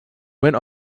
went